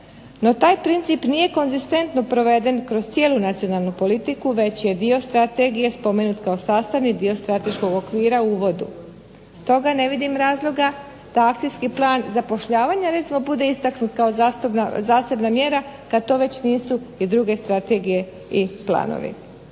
No, taj princip nije konzistentno proveden kroz cijelu nacionalnu politiku, već je dio strategije spomenut kao sastavni dio strateškog okvira u uvodu. Stoga ne vidim razloga da akcijski plan zapošljavanja recimo bude istaknut kao zasebna mjera kada to već nisu i druge strategije i planovi.